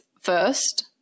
first